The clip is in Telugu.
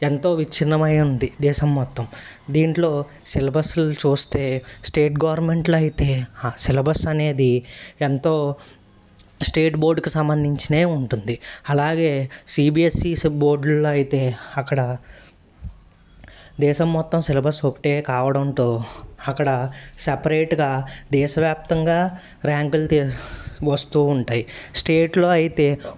ఎంతో విచ్ఛిన్నమై ఉంది దేశం మొత్తం దీంట్లో సిలబస్లు చూస్తే స్టేట్ గవర్నమెంట్లు అయితే ఆ సిలబస్ అనేది ఎంతో స్టేట్ బోర్డ్కు సంబంధించినయే ఉంటుంది అలాగే సీ బీ ఎస్ ఈ బోర్డులో అయితే అక్కడ దేశం మొత్తం సిలబస్ ఒకటే కావడంతో అక్కడ సపరేట్గా దేశవ్యాప్తంగా ర్యాంకులు తీ వస్తూ ఉంటాయి స్టేట్లో అయితే